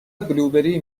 بلوبری